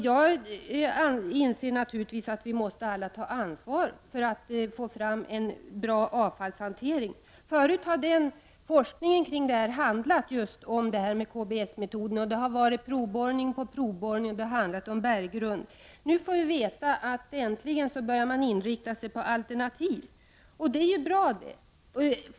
Jag inser naturligtvis att vi alla måste ta ansvar för att få fram en bra avfallshantering. Förut handlade forskningen kring avfallsfrågan just om KBS metoden och om berggrunden, och det gjordes provborrning på provborrning. Nu får vi veta att man äntligen börjar inrikta sig på alternativ, och det är ju bra det.